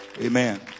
amen